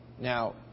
Now